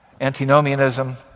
antinomianism